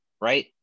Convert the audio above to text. right